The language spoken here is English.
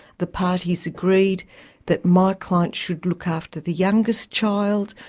the parties agreed that my client should look after the youngest child,